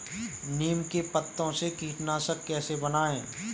नीम के पत्तों से कीटनाशक कैसे बनाएँ?